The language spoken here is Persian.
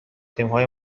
تیمهای